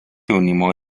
jaunimo